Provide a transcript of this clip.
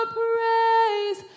praise